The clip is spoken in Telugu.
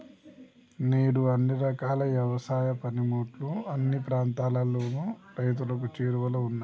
నేడు అన్ని రకాల యవసాయ పనిముట్లు అన్ని ప్రాంతాలలోను రైతులకు చేరువలో ఉన్నాయి